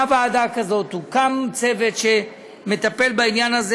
ועדה כזאת והוקם צוות שמטפל בעניין הזה.